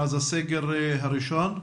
מאז הסגר הראשון,